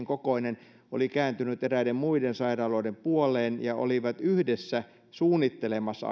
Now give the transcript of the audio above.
kokoinen oli kääntynyt eräiden muiden sairaaloiden puoleen ja he olivat yhdessä ainakin suunnittelemassa